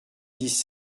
dix